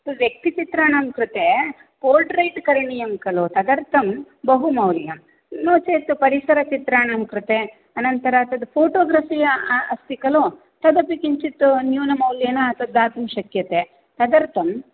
तु व्यक्तिचित्राणां कृते पोर्ट्रेट् करणीयं खलु तदर्थं बहुमौल्यं नो चेत् परिसरचित्राणां कृते अनन्तर तद् फ़ोटोग्रफ़ि अस्ति खलु तदपि किञ्चित् न्यूनमौल्येण तद् दातुं शक्यते तदर्थं